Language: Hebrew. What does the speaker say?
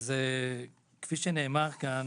כפי שנאמר כאן,